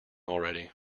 already